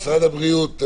משרד הבריאות,